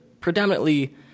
predominantly